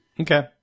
Okay